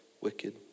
wicked